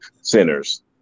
Centers